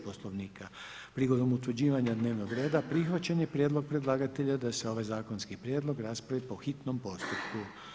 Poslovnika prigodom utvrđivanja dnevnog reda prihvaćen je prijedlog predlagatelja da ovaj zakonski prijedlog raspravi po hitnom postupku.